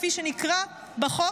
כפי שנקראת בחוק,